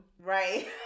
right